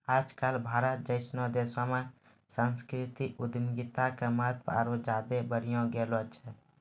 आज कल भारत जैसनो देशो मे सांस्कृतिक उद्यमिता के महत्त्व आरु ज्यादे बढ़ि गेलो छै